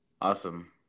Awesome